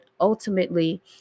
ultimately